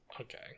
okay